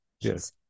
Yes